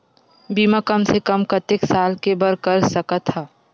बीमा कम से कम कतेक साल के बर कर सकत हव?